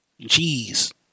Jeez